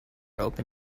open